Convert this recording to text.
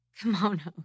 kimonos